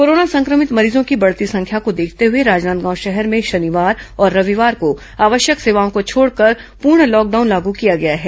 corona संक्रभित मरीजों की बढ़ती संख्या को देखते हए राजनांदगांव शहर में शनिवार और रविवार को आवश्यक सेवाओं को छोड़कर पूर्ण लॉकडाउन लागू किया गया है